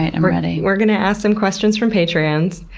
i'm ready. we're going to ask some questions from patrons.